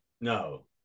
No